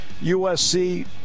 USC